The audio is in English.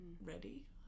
ready